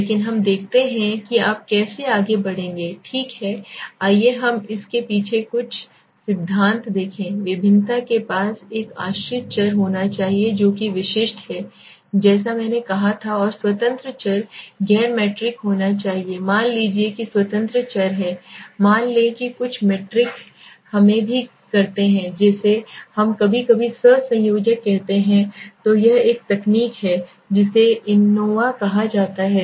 लेकिन हम देखते हैं कि आप कैसे आगे बढ़ेंगे ठीक है आइए हम इसके पीछे कुछ सिद्धांत देखें भिन्नता के पास एक आश्रित चर होना चाहिए जो कि विशिष्ट है जैसा मैंने कहा था और स्वतंत्र चर गैर मीट्रिक होना चाहिए मान लीजिए कि स्वतंत्र चर है मान लें कि कुछ मीट्रिक हमें भी करते हैं जिसे हम कभी कभी सहसंयोजक कहते हैं तो यह एक नई तकनीक है जिसे एनकोवा कहा जाता है